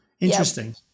interesting